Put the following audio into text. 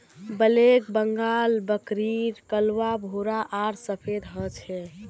black Bengal बकरीर कलवा भूरा आर सफेद ह छे